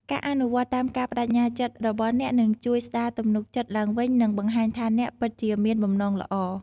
ការអនុវត្តតាមការប្តេជ្ញាចិត្តរបស់អ្នកនឹងជួយស្ដារទំនុកចិត្តឡើងវិញ និងបង្ហាញថាអ្នកពិតជាមានបំណងល្អ។